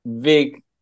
big